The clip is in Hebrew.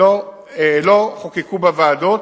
שלא חוקקו בוועדות,